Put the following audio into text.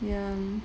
ya